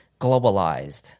globalized